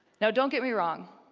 now don't get me wrong,